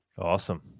Awesome